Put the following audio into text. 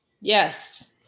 Yes